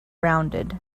rounded